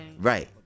Right